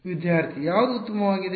ವಿದ್ಯಾರ್ಥಿ ಯಾವುದು ಉತ್ತಮವಾಗಿದೆ